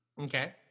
okay